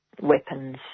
weapons